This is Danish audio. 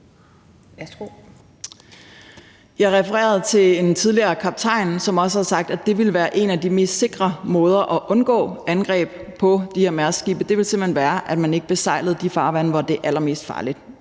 Jeg refererede til en tidligere kaptajn, som også havde sagt, at det ville være en af de mest sikre måder at undgå angreb på de her Mærsk-skibe på: Simpelt hen at man ikke besejlede de farvande, hvor det er allermest farligt.